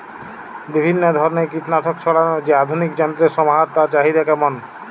বিভিন্ন ধরনের কীটনাশক ছড়ানোর যে আধুনিক যন্ত্রের সমাহার তার চাহিদা কেমন?